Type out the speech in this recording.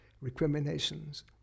recriminations